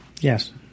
Yes